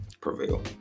prevail